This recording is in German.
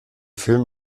film